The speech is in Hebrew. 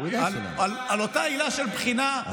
על אותה עילה של בחינה,